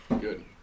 Good